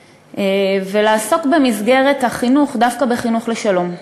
ולעסוק במסגרת החינוך דווקא בחינוך לשלום.